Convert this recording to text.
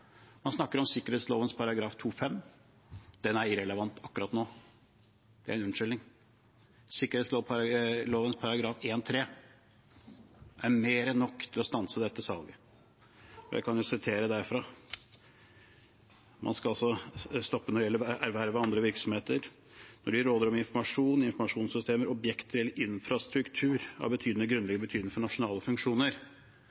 Man snakker om sikkerhetsloven § 2-5. Den er irrelevant akkurat nå. Det er en unnskyldning. Sikkerhetsloven § 1-3 er mer enn nok til å stanse dette salget. Jeg kan sitere derfra. Man skal altså stoppe erverv av andre virksomheter når de «råder over informasjon, informasjonssystemer, objekter eller infrastruktur